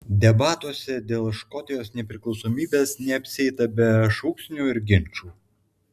debatuose dėl škotijos nepriklausomybės neapsieita be šūksnių ir ginčų